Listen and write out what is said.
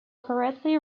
correctly